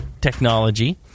technology